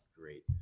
great